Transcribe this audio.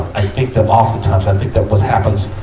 i think that oftentimes, i think that what happens,